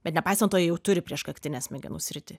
bet nepaisant to jau turi prieškaktinę smegenų sritį